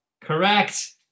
Correct